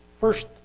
First